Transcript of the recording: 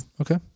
Okay